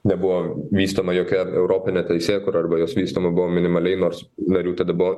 nebuvo vystoma jokia europinė teisėkūra arba jos vystyma buvo minimaliai nors narių tad buvo